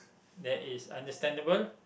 that is understandable